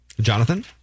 Jonathan